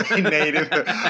native